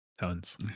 Tons